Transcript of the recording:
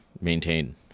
maintain